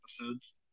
episodes